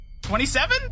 27